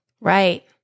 right